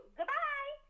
Goodbye